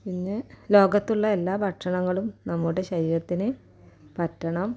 പിന്നെ ലോകത്തുള്ള എല്ലാ ഭക്ഷണങ്ങളും നമ്മുടെ ശരീരത്തിന് പറ്റണം